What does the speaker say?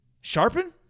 Sharpen